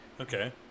Okay